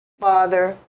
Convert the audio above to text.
father